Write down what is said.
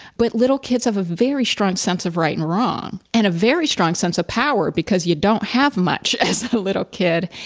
but little kids have a very strong sense of right and wrong, and a very strong sense of power, because you don't have much as a little kid.